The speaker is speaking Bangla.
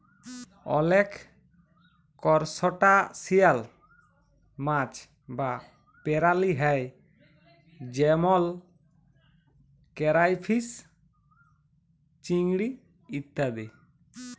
অলেক করসটাশিয়াল মাছ বা পেরালি হ্যয় যেমল কেরাইফিস, চিংড়ি ইত্যাদি